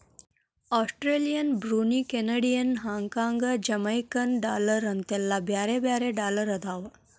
Australian Brunei Canadian Hong Kong Jamaican dollar ಅಂತೆಲ್ಲಾ ಬ್ಯಾರೆ ಬ್ಯಾರೆ ಡಾಲರ್ ಅದಾವ